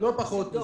לא פחות מזה.